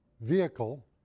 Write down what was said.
vehicle